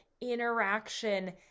interaction